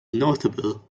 notable